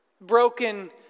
broken